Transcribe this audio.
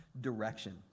direction